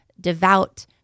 devout